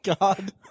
god